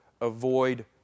avoid